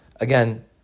again